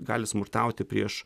gali smurtauti prieš